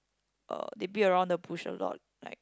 uh they beat around the bush a lot like